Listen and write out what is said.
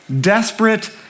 desperate